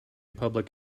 public